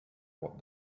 what